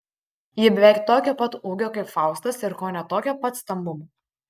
ji beveik tokio pat ūgio kaip faustas ir kone tokio pat stambumo